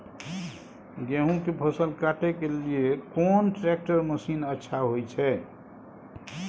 गेहूं के फसल काटे के लिए कोन ट्रैक्टर मसीन अच्छा होय छै?